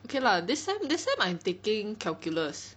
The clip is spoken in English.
okay lah this sem this sem I'm taking calculus